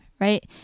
Right